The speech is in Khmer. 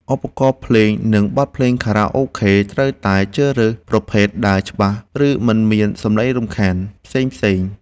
ឧបករណ៍ភ្លេង និង បទភ្លេងខារ៉ាអូខេត្រូវតែជ្រើសរើសប្រភេទដែលច្បាស់ ឬ មិនមានសម្លេងរំខានផ្សេងៗ។